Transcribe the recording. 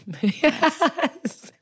yes